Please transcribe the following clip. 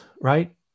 right